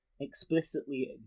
explicitly